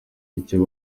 icyo